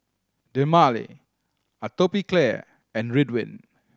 Dermale Atopiclair and Ridwind